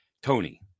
Tony